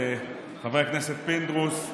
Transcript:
חבר הכנסת פינדרוס,